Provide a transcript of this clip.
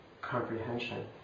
comprehension